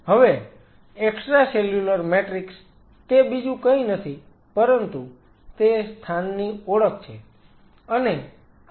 હવે extracellular matrix તે બીજું કંઈ નથી પરંતુ તે સ્થાનની ઓળખ છે